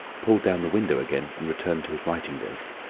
pulled down the window again, and returned to his writing desk.